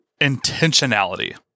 intentionality